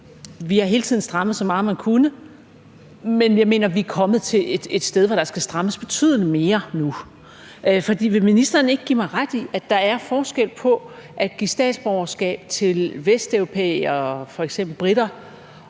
Vi har hele tiden strammet så meget, man kunne, men jeg mener, at vi er kommet til et sted, hvor der skal strammes betydeligt mere nu. For vil ministeren ikke give mig ret i, at der er forskel på at give statsborgerskab til vesteuropæere, f.eks. briter,